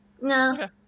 No